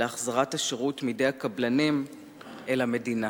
להחזרת השירות מידי הקבלנים לידי המדינה?